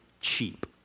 cheap